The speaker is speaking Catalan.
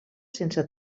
sense